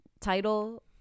title